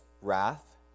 wrath